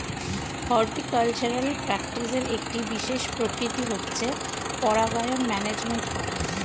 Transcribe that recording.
horticultural প্র্যাকটিসের একটি বিশেষ প্রকৃতি হচ্ছে পরাগায়ন ম্যানেজমেন্ট করা